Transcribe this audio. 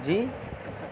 جی